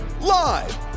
live